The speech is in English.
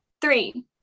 three